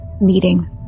meeting